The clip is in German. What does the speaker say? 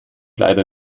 leider